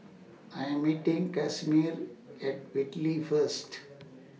I Am meeting Casimir At Whitley First